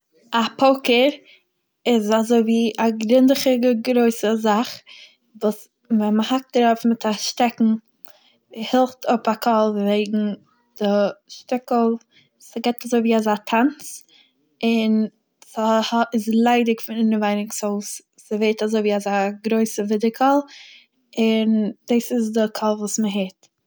א פויקער איז אזוי ווי א רינדעכיגע גרויסע זאך וואס ווען מ'האקט דערויף מיט א שטעקן הילכט אפ א קול וועגן די שטיקל ס'געבט אזוי ווי אזא טאנץ און ס'הא- ס'ליידיג פון אינעווייניג סאו ס'ווערט אזוי ווי א גרויסע ווידערקול און דאס איז די קול וואס מ'הערט.